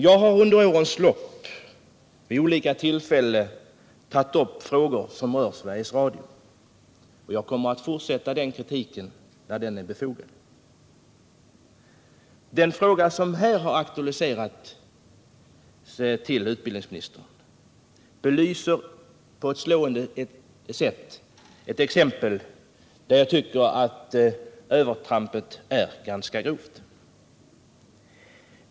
Jag har under årens lopp vid olika tillfällen tagit upp frågor som rör Sveriges Radio, och jag kommer att fortsätta kritiken när den är befogad. Det programinslag som jag har aktualiserat i min fråga till utbildningsministern är enligt min mening ett slående exempel på ett ganska grovt övertramp.